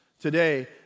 Today